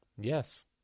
Yes